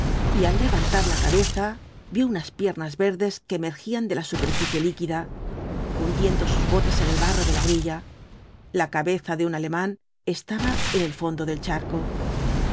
y al levantar la cabeza vio unas piernas verdes que emergían de la superficie líquida hundiendo sus botas en el barro de la orilla la cabeza de un alemán estaba en el fondo del charco